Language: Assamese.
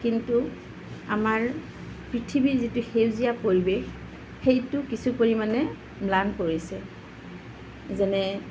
কিন্তু আমাৰ পৃথিৱীৰ যিটো সেউজীয়া পৰিৱেশ সেইটো কিছু পৰিমাণে ম্লান পৰিছে যেনে